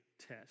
test